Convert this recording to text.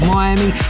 Miami